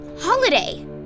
Holiday